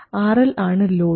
RL ആണ് load